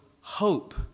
hope